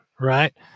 right